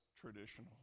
traditional